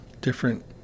different